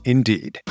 Indeed